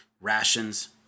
rations